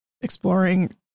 exploring